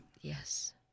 Yes